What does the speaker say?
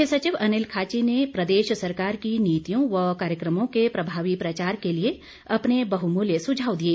मुख्य सचिव अनिल खाची ने प्रदेश सरकार की नीतियों व कार्यक्रमों के प्रभावी प्रचार के लिए अपने बहुमूल्य सुझाव दिए